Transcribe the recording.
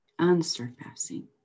unsurpassing